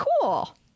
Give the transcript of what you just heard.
cool